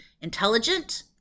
Intelligent